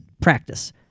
practice